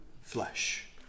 flesh